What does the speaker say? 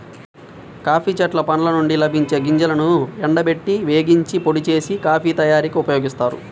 coffee చెట్ల పండ్ల నుండి లభించే గింజలను ఎండబెట్టి, వేగించి, పొడి చేసి, కాఫీ తయారీకి ఉపయోగిస్తారు